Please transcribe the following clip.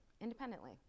independently